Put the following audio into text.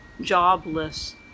jobless